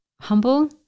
humble